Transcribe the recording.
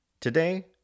Today